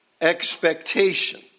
expectation